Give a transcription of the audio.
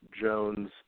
Jones